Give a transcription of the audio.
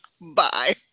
Bye